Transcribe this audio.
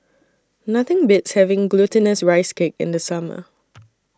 Nothing Beats having Glutinous Rice Cake in The Summer